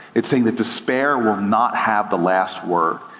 it's saying that despair will not have the last word.